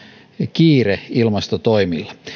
kiire ilmastotoimilla vuonna